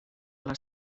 les